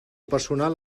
personal